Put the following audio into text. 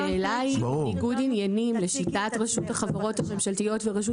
השאלה היא אם ניגוד עניינים לשיטת רשות החברות הממשלתיות ורשות